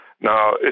Now